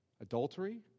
Adultery